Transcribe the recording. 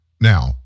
Now